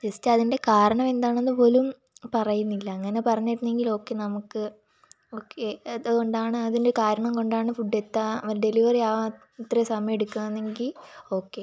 just അതിൻ്റെ കാരണം എന്താണെന്ന് പോലും പറയുന്നില്ല അങ്ങനെ പറഞ്ഞിരുന്നെങ്കിൽ ഓക്കെ നമുക്ക് ഓക്കെ എന്തുകൊണ്ടാണ് അതിൻ്റെ കാരണം കൊണ്ടാണ് ഫുഡെത്താൻ ഡെലിവറി ആവാൻ ഇത്രയും സമയമെടുക്കുകയാണെങ്കിൽ ഓക്കെ